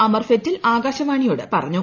അമർഫെറ്റിൽ ആകാശവാണിയോട് പറഞ്ഞു